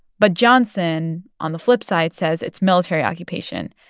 but johnson, on the flip side, says it's military occupation.